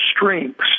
strengths